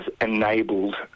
enabled